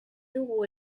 dugu